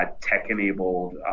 tech-enabled